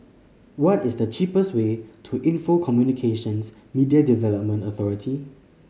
what is the cheapest way to Info Communications Media Development Authority